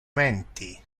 menti